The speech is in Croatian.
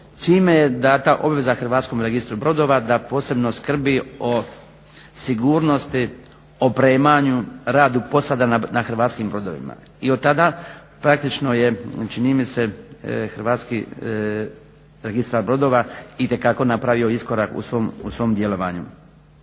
čime je dana obveza Hrvatskom registru brodova da posebno skrbi o sigurnosti, opremanju, radu posada na hrvatskim brodovima. I od tada praktično je čini mi se hrvatski registar brodova itekako napravio iskorak u svom djelovanju.